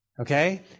Okay